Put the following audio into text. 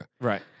Right